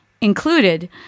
included